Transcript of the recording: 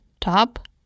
top